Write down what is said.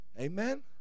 Amen